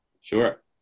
Sure